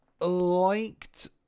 liked